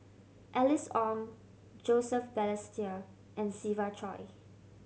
Alice Ong Joseph Balestier and Siva Choy